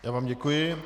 Já vám děkuji.